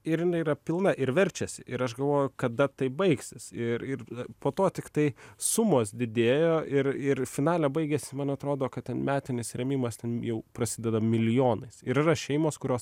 ir jinai yra pilna ir verčiasi ir aš galvoju kada tai baigsis ir ir po to tiktai sumos didėjo ir ir finale baigėsi man atrodo kad ten metinis rėmimas ten jau prasideda milijonais ir yra šeimos kurios